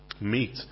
Meet